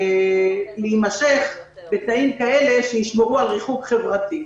להימשך בתנאים כאלה שישמרו על ריחוק חברתי.